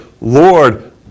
Lord